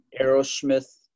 Aerosmith